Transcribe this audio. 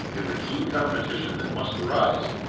in the keen competition that must arise,